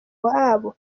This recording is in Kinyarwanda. wabo